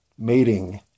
mating